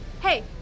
hey